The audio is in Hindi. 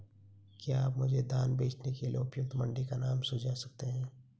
क्या आप मुझे धान बेचने के लिए उपयुक्त मंडी का नाम सूझा सकते हैं?